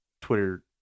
Twitter